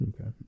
okay